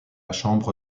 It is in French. chambre